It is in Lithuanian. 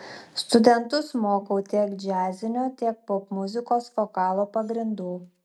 studentus mokau tiek džiazinio tiek popmuzikos vokalo pagrindų